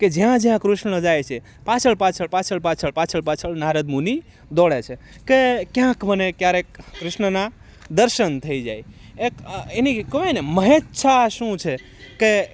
કે જ્યાં જ્યાં કૃષ્ણ જાય છે પાછળ પાછળ પાછળ પાછળ પાછળ નારદમુનિ દોડે છે કે ક્યાંક મને ક્યારેક કૃષ્ણના દર્શન થઈ જાય એક એની કહેવાય ને મહેચ્છા શું છે કે